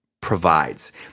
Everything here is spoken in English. provides